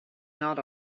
not